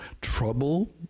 trouble